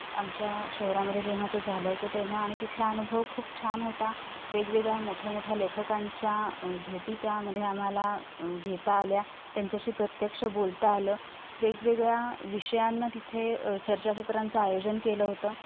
आमच्या शहरामध्ये जेव्हा ते झालं होतं तेव्हा आणि तिथला अनुभव खूप छान होता वेगवेगळ्या मोठ्या मोठ्या लेखकांच्या भेटी त्यामध्ये आम्हाला घेता आल्या त्यांच्याशी प्रत्यक्ष बोलता आलं वेगवेगळ्या विषयांना तिथे चर्चासत्रांचं आयोजन केलं होतं